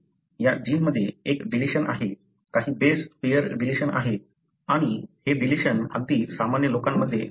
या जीनमध्ये एक डिलिशन आहे काही बेस पेअर डिलिशन आहे आणि हे डिलिशन अगदी सामान्य लोकांमध्ये देखील आहे